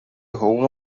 حقوق